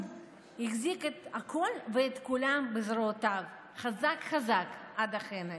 את הכול ואת כולם בזרועותיו חזק חזק עד החנק.